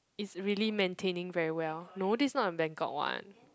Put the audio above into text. is really maintaining very well no this not a Bangkok one